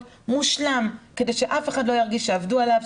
מושלם כדי שאף אחד לא ירגיש שעבדו עליו,